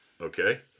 Okay